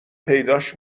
پیداش